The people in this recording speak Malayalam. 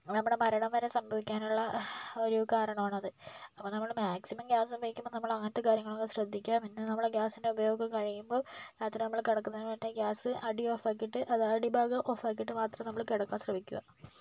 നമ്മളുടെ മരണം വരെ സംഭവിക്കാനുള്ള ഒരു കാരണമാണ് അത് അപ്പം നമ്മൾ മാക്സിമം ഗ്യാസ് ഉപയോഗിക്കുമ്പോൾ നമ്മൾ അങ്ങനത്തെ കാര്യങ്ങളൊക്കെ ശ്രദ്ദിക്കുക പിന്നെ നമ്മളുടെ ഗ്യാസിൻ്റെ ഉപയോഗം കഴിയുമ്പോൾ രാത്രി നമ്മൾ കിടക്കുന്നത് മു ൻപേ ഗ്യാസ് അടി ഓഫ് ആക്കിയിട്ട് അടിഭാഗം ഓഫ് ആക്കിയിട്ട് മാത്രം നമ്മൾ കിടക്കാൻ ശ്രമിക്കുക